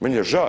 Meni je žao.